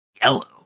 yellow